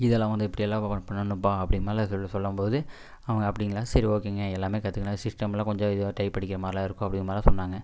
இதலாம் வந்து இப்படியெல்லாம் வந்து ஒர்க் பண்ணணும்பா அப்படின்னு மேலே சொல்லி சொல்லும்போது அவங்க அப்படிங்களா சரி ஓகேங்க எல்லாமே கத்துக்கினேன் சிஸ்டம்லாம் கொஞ்சம் ஏதோ டைப் அடிக்கிற மாதிரிலாம் இருக்கும் அப்படிங்கிற மாதிரிலாம் சொன்னாங்க